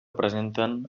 presenten